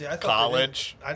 college